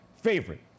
favorite